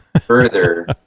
further